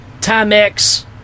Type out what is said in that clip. Timex